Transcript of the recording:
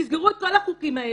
תסגרו את כל החוקים האלה.